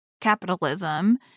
capitalism